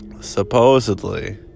supposedly